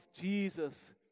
Jesus